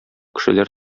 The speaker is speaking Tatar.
кешеләр